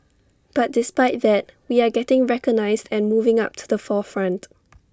but despite that we are getting recognised and moving up to the forefront